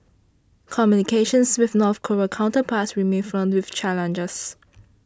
communications with North Korean counterparts remain fraught with challenges